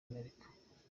amerika